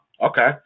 Okay